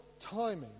timing